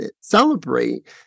celebrate